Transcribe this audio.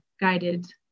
guided